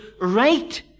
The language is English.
right